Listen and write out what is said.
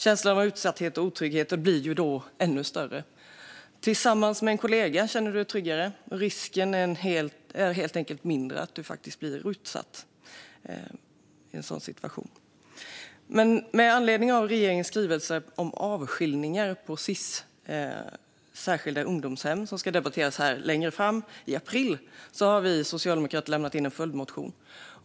Känslan av utsatthet och otrygghet blir då ännu större. Tillsammans med en kollega känner du dig tryggare, och risken är helt enkelt mindre att du blir utsatt i en sådan situation. Med anledning av regeringens skrivelse om avskiljningar vid Sis särskilda ungdomshem, som ska debatteras här i april, har vi socialdemokrater lämnat in en följdmotion.